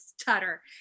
stutter